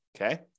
okay